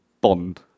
bond